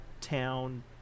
town